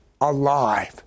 alive